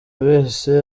wese